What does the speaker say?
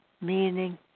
meaning